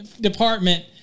department